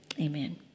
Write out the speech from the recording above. Amen